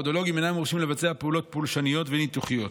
פודולוגים אינם מורשים לבצע פעולות פולשניות וניתוחיות.